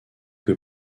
que